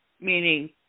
Meaning